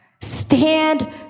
Stand